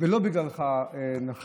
ולא בגללך נפלה.